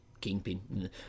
kingpin